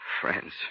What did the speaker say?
Friends